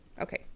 Okay